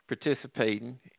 participating